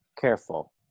careful